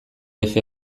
efe